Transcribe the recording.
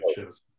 shows